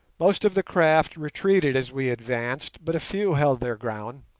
most of the craft retreated as we advanced, but a few held their ground,